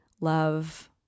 love